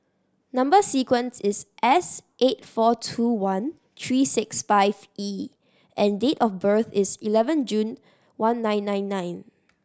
number sequence is S eight four two one three six five E and date of birth is eleven June one nine nine nine